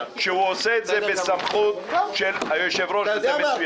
שהוא עושה את זה בסמכות של היושב-ראש וזה מצוין.